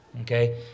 okay